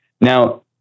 Now